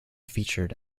featured